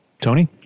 Tony